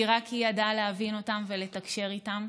כי רק היא ידעה להבין אותם ולתקשר אתם.